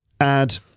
add